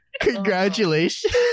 Congratulations